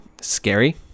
scary